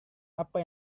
apa